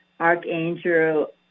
Archangel